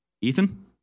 Ethan